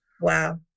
Wow